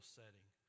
setting